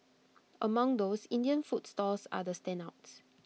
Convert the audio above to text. among those Indian food stalls are the standouts